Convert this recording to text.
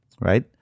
right